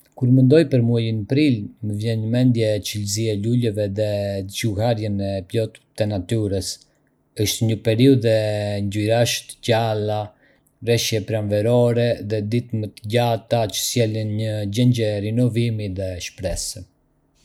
Kur mendoj për muajin prill, më vjen në mendje çelësja e luleve dhe zgjuarjen e plotë të natyrës. Është një periudhë ngjyrash të gjalla, reshje pranverore dhe ditë më të gjata, që sjellin një ndjenjë rinovimi dhe shprese